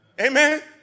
Amen